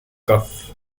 cuff